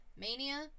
Mania